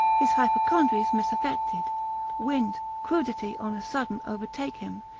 his hypochondries misaffected wind, crudity, on a sudden overtake him,